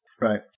Right